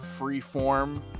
freeform